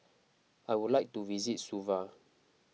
I would like to visit Suva